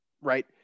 right